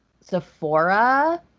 Sephora